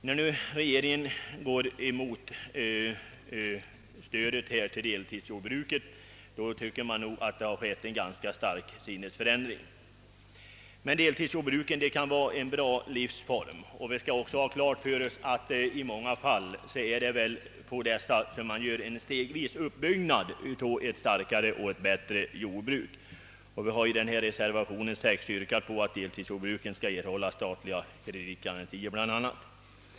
När nu regeringen går emot förslaget om stöd till deltidsjordbruk får man väl säga att det innebär en ganska stark sinnesförändring. Deltidsjordbruk kan vara en bra livsform och vi bör ha klart för oss att det i många fall är just vid dessa man stegvis bygger upp ett starkare och bättre jordbruk. Vi har i reservation nr 6 yrkat på att deltidsjordbruket skall kunna erhålla bl.a. statliga kreditgarantier.